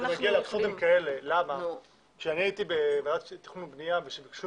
כשאני הייתי בוועדת תכנון ובנייה וביקשו